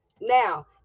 Now